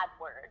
word